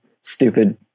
stupid